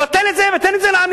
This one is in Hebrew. תבטל את זה ותן את זה לעניים,